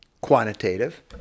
quantitative